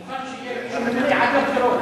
אני מוכן שיהיה ממונה עד לבחירות,